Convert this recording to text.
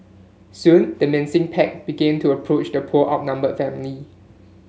soon the menacing pack began to approach the poor outnumbered family